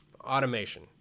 Automation